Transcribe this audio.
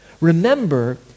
Remember